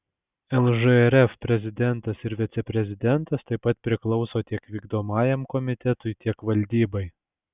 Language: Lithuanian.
lžrf prezidentas ir viceprezidentas taip pat priklauso tiek vykdomajam komitetui tiek valdybai